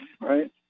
right